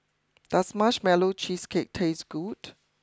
does Marshmallow Cheesecake taste good